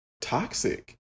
toxic